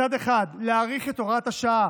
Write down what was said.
מצד אחד להאריך את הוראת השעה